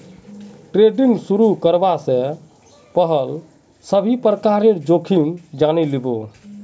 trading शुरू करवा स पहल सभी प्रकारेर जोखिम जाने लिबो